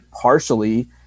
partially